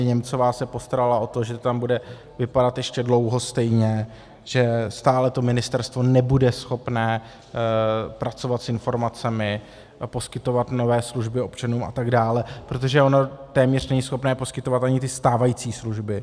Němcová se postarala o to, že to tam bude vypadat ještě dlouho stejně, že stále to ministerstvo nebude schopné pracovat s informacemi, poskytovat nové služby občanům a tak dále, protože ono téměř není schopné poskytovat ani ty stávající služby.